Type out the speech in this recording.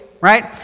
Right